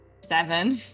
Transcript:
Seven